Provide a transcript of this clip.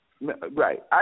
Right